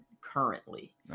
currently